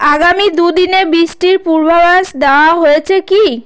আগামী দুদিনে বৃষ্টির পূর্বাভাস দেওয়া হয়েছে কি